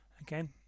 Again